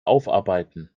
aufarbeiten